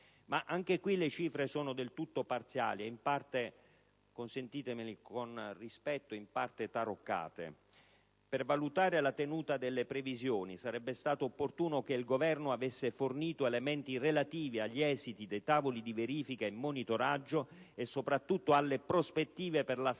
Ma anche qui le cifre sono del tutto parziali e in parte - consentitemi, con rispetto parlando - taroccate. Per valutare la tenuta delle previsioni, sarebbe stato opportuno che il Governo avesse fornito elementi relativi agli esiti dei tavoli di verifica e monitoraggio e soprattutto alle prospettive per la sanità